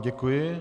Děkuji.